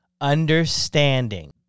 understanding